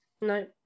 No